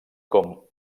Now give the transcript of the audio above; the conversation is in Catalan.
com